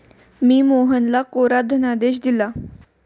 मी मोहनला कोरा धनादेश दिला